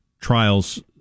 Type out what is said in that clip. trials